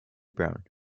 brown